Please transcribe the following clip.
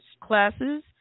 classes